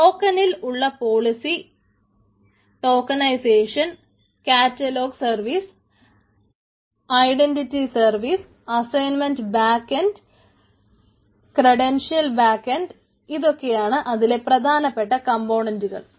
ടോക്കനിൽ ഉള്ള പോളിസി ഇതൊക്കെയാണ് അതിലെ പ്രധാനപ്പെട്ട കംപോണന്റുകൾ